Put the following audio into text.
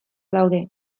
daude